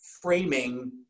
framing